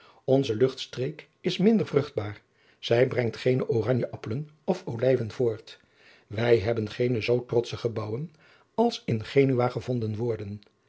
onze luchtstreek is minder vruchtbaar zij brengt geene oranjeappelen of olijven voort wij hebben geene zoo trotsche gebouwen als in genua gevonden worden